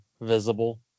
visible